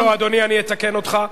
לא לא, אדוני, אני אתקן אותך.